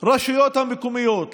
לפי הקואליציה המתהווה יש יותר מ-70 חברי